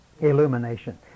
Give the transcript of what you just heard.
Illumination